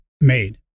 made